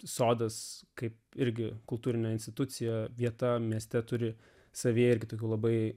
sodas kaip irgi kultūrinė institucija vieta mieste turi savyje ir tokių labai